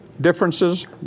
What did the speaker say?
differences